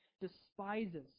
despises